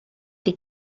die